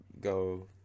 go